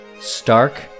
stark